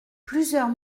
plusieurs